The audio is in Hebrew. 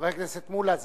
חבר הכנסת מולה,